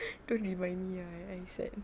don't remind me ah I sad